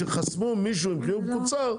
שחסמו מישהו עם חיוג מקוצר,